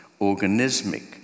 organismic